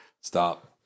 Stop